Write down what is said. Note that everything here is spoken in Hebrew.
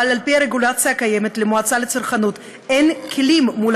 אבל על פי הרגולציה הקיימת למועצה לצרכנות אין כלים מול